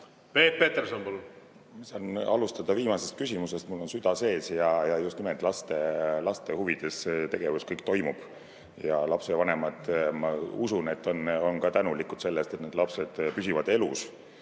Peep Peterson, palun! Ma saan alustada viimasest küsimusest. Mul on süda sees. Just nimelt laste huvides see tegevus kõik toimub. Ja lapsevanemad, ma usun, et on tänulikud selle eest, et nende lapsed püsivad elus